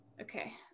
okay